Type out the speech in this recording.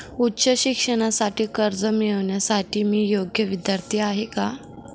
उच्च शिक्षणासाठी कर्ज मिळविण्यासाठी मी योग्य विद्यार्थी आहे का?